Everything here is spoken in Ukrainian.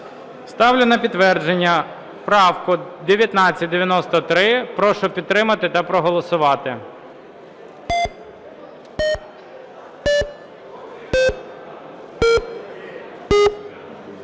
ставлю на підтвердження цю правку. Прошу підтримати та проголосувати.